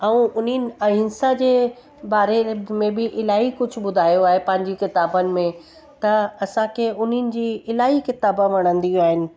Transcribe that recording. अऊं उन्हनि आहिंसा जे बारे में बि इलाई कुछ ॿुधायो आहे पांजी किताबनि में त असांखे उन्हनि जी इलाही किताबा वणंदियूं आहिनि